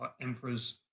emperors